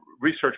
research